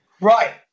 Right